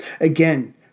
Again